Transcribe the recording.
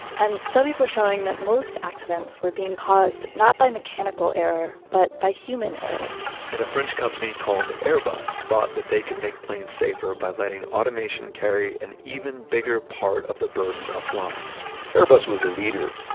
and studies were showing that most accidents were being caused not by mechanical error but by human error and a french company called airbus thought that they could make planes safer by letting automation carry an even bigger part of the burden of flying airbus was a leader.